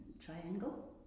triangle